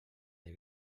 del